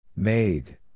Made